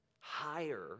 higher